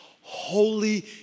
holy